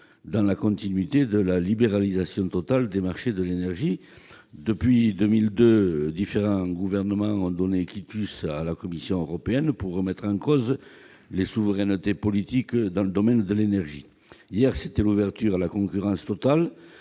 dans la continuité de la libéralisation totale des marchés de l'énergie. Depuis 2002, différents gouvernements ont donné quitusà la Commission européenne pour remettre en cause les souverainetés politiques dans le domaine de l'énergie. Hier, en 2002 comme je viens de le